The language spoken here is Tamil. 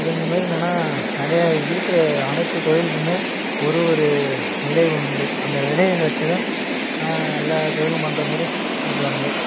இது இந்தமாரி என்னன்னா நிறையா இருக்கிற அனைத்து தொழிலுக்குமே ஒரு ஒரு விலை உண்டு அந்த விலையை வச்சிதான் எல்லா தொழிலும் பண்ணுறமேரி கொடுப்பாங்களே